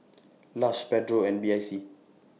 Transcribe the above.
Lush Pedro and B I C